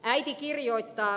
äiti kirjoittaa